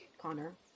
Connor